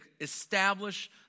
establish